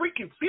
freaking